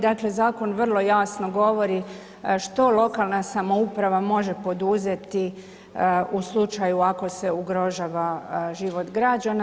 Dakle, zakon vrlo jasno govori što lokalna samouprava može poduzeti u slučaju ako se ugrožava život građana.